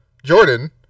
Jordan